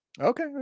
okay